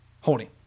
holding